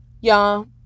y'all